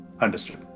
Understood